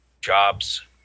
jobs